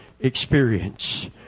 experience